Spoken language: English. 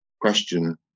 question